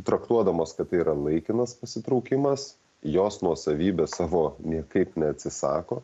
traktuodamos kad tai yra laikinas pasitraukimas jos nuosavybės savo niekaip neatsisako